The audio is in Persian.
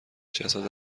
جسد